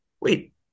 Wait